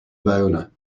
boner